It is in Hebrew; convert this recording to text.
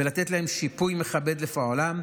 לתת להם שיפוי מכבד על פועלם,